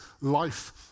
life